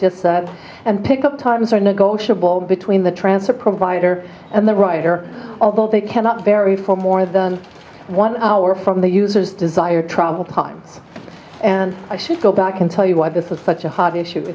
said and pick up times are negotiable between the transfer provider and the writer although they cannot vary for more than one hour from the user's desire travel time and i should go back and tell you why this is such a hot issue